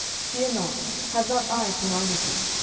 fear not have not i commanded you?